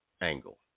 angle